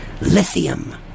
Lithium